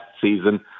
season